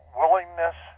willingness